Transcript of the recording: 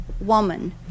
woman